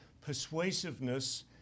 persuasiveness